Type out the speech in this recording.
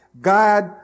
God